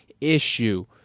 issue